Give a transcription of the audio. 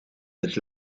het